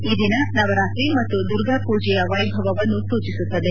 ಈ ದಿನ ನವರಾತ್ರಿ ಮತ್ತು ದುರ್ಗಾ ಪೂಜೆಯ ವ್ಯೆಭವವನ್ನು ಸೂಚಿಸುತ್ತದೆ